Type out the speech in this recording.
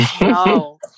no